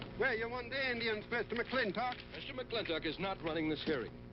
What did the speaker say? where you want the indians, mr. mclintock? mr. mclintock is not running this hearing.